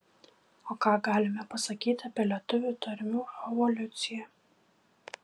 o ką galime pasakyti apie lietuvių tarmių evoliuciją